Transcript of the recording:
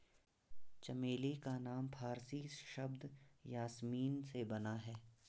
चमेली का नाम फारसी शब्द यासमीन से बना है